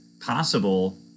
possible